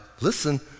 listen